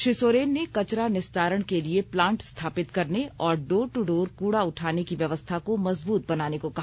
श्री सोरेन ने कचरा निस्तारण के लिए प्लांट स्थापित करने और डोर टू डोर कूड़ा उठाने की व्यवस्था को मजबूत बनाने को कहा